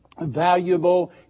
valuable